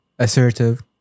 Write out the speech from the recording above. assertive